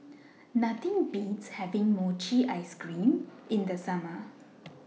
Nothing Beats having Mochi Ice Cream in The Summer